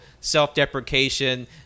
self-deprecation